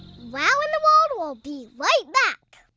wow in the world will be right back.